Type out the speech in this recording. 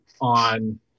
on